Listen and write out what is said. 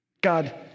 God